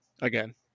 again